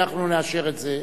אנחנו נאשר את זה,